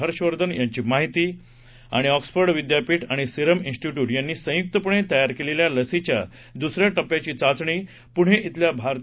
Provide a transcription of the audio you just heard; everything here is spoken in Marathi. हर्षवर्धन यांची माहिती आँक्सफर्ड विद्यापीठ आणि सिरम इस्निट्युट यांनी संयुकपणे तयार केलेल्या लसीच्या दुस या टप्प्याची चाचणी पुणे इथल्या भारती